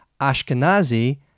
Ashkenazi